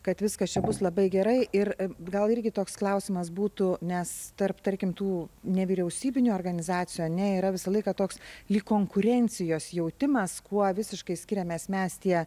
kad viskas čia bus labai gerai ir gal irgi toks klausimas būtų nes tarp tarkim tų nevyriausybinių organizacijų ane yra visą laiką toks lyg konkurencijos jautimas kuo visiškai skiriamės mes tie